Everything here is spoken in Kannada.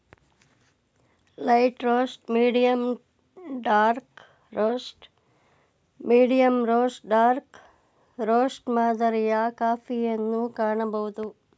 light roast, medium dark roast, medium roast dark roast ಮಾದರಿಯ ಕಾಫಿಯನ್ನು ಕಾಣಬೋದು